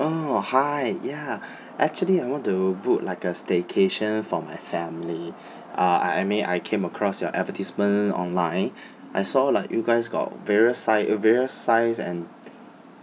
oh hi ya actually I want to book like a staycation for my family ah I mean I came across your advertisement online I saw like you guys got various size various size and